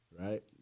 right